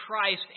Christ